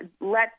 let